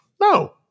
No